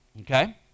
okay